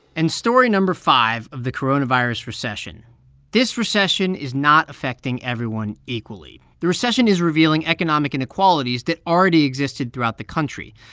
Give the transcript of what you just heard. and story no. five of the coronavirus recession this recession is not affecting everyone equally. the recession is revealing economic inequalities that already existed throughout the country.